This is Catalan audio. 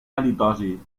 halitosi